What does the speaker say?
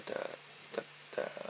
the the the